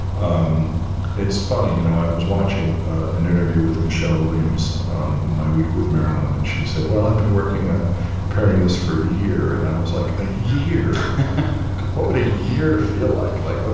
um it's funny. you know, i was watching an interview with michelle williams on my week with marilyn. and she said, well, i've been working on preparing this for a year. and i was like, a year what would a year feel like? like,